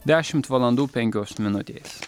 dešimt valandų penkios minutės